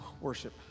worship